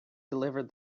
delivered